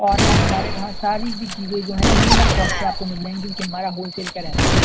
اور میم ہمارے وہاں ساری ایسی چیزیں جو ہیں منیمم کاسٹ پہ آپ کو مِل جائیں گی کیونکہ ہمارا ہول سیل کا رہتا ہے